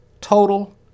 Total